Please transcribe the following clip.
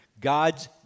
God's